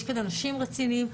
יש כאן אנשים רציניים.